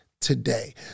today